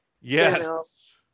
yes